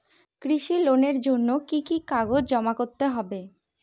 কৃষি লোনের জন্য কি কি কাগজ জমা করতে হবে?